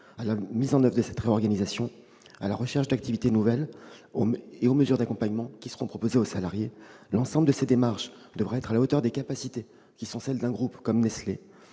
à la mise en oeuvre de cette réorganisation, à la recherche d'activités nouvelles et aux mesures d'accompagnement qui seront proposées aux salariés. L'ensemble de ces démarches devront être à la hauteur des capacités d'un groupe comme Nestlé.